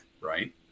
right